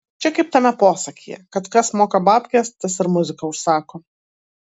čia kaip tame posakyje kad kas moka babkes tas ir muziką užsako